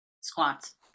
Squats